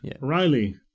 riley